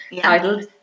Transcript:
titled